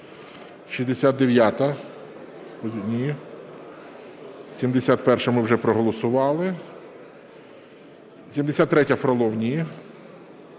69-а. Ні. 71-а. Ми вже проголосували. 73-я, Фролов. Ні.